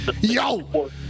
Yo